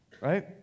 right